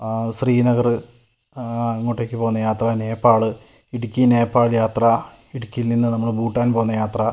ശ്രീനഗറ് അങ്ങോട്ടേക്ക് പോവുന്ന യാത്ര നേപ്പാള് ഇടുക്കി നേപ്പാൾ യാത്ര ഇടുക്കിയിൽ നിന്ന് നമ്മള് ഭൂട്ടാൻ പോകുന്ന യാത്ര